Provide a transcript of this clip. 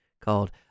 called